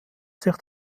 sich